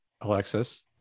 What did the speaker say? Alexis